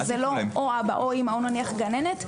וזה לא אבא או אימא או נניח גננת,